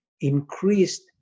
increased